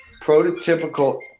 prototypical